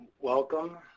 welcome